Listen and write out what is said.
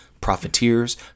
profiteers